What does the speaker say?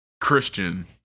Christian